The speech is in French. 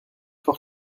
fort